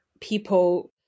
people